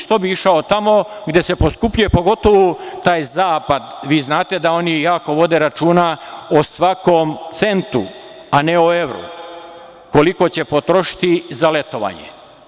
Što bih išao tamo gde se poskupljuje, pogotovu taj zapad, vi znate da oni jako vode računa o svakom centu, a ne o evru, koliko će potrošiti i za letovanje.